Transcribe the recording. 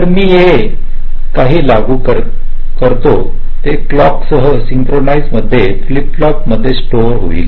तर मी ये काही लागू करते ते क्लॉकसह सिंक्रोनाइज मध्ये फ्लिप फ्लॉपमध्ये स्टोअर होईल